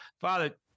father